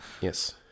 yes